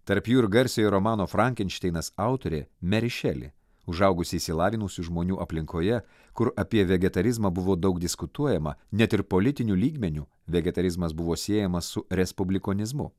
tarp jų ir garsiojo romano frankenšteinas autorė meri šeli užaugusi išsilavinusių žmonių aplinkoje kur apie vegetarizmą buvo daug diskutuojama net ir politiniu lygmeniu vegetarizmas buvo siejamas su respublikonizmu